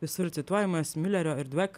visur cituojamas miulerio ir dvek